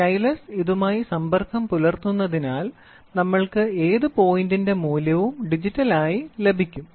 stylus ഇതുമായി സമ്പർക്കം പുലർത്തുന്നതിനാൽ നമ്മൾക്ക് ഏത് പോയിന്റിന്റെ മൂല്യവും ഡിജിറ്റൽ ആയി ലഭിക്കും